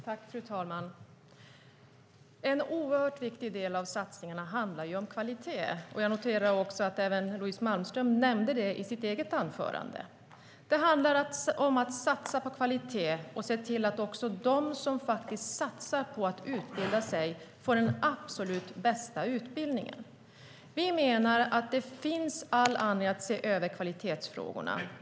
Fru talman! En oerhört viktig del av satsningarna handlar om kvalitet. Jag noterade också att Louise Malmström nämnde det i sitt eget anförande. Det handlar om att satsa på kvalitet och se till att även de som satsar på att utbilda sig får den absolut bästa utbildningen. Vi menar att det finns all anledning att se över kvalitetsfrågorna.